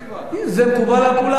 זה מקובל על כולם?